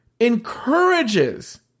encourages